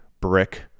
brick